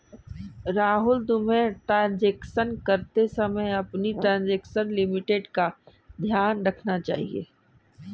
राहुल, तुम्हें ट्रांजेक्शन करते समय अपनी ट्रांजेक्शन लिमिट का ध्यान रखना चाहिए